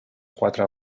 quatre